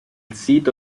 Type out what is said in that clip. sito